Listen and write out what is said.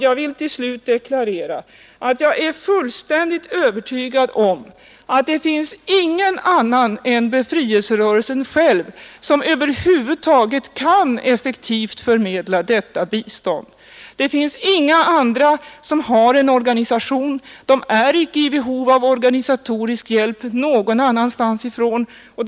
Jag vill till slut deklarera att jag är fullständigt övertygad om att det finns ingen annan än befrielserörelserna själva som över huvud taget kan effektivt förmedla detta bistånd. Det finns inga andra som har en organisation som duger. Befrielserörelserna är inte i behov av organisatorisk hjälp från något håll.